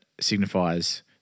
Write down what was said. signifies